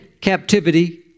captivity